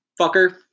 fucker